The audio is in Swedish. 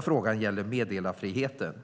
frågan gäller meddelarfriheten.